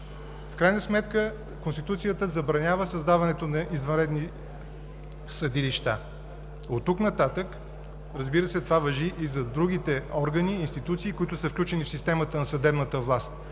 В крайна сметка Конституцията забранява създаването на извънредни съдилища. От тук нататък това важи и за другите органи и институции, включени в системата на съдебната власт.